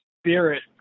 spirit